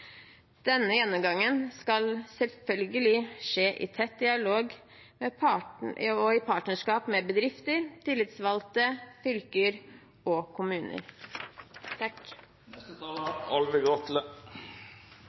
Denne gjennomgangen skal selvfølgelig skje i tett dialog og i partnerskap med bedrifter, tillitsvalgte, fylker og kommuner.